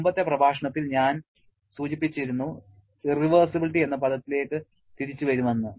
മുമ്പത്തെ പ്രഭാഷണത്തിൽ ഞാൻ സൂചിപ്പിച്ചിരുന്നു ഇർറിവെർസിബിലിറ്റി എന്ന പദത്തിലേക്ക് തിരിച്ച് വരുമെന്ന്